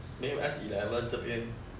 没有 ice eleven 这边